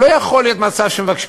לא יכול להיות מצב שמבקשים,